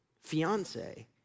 fiance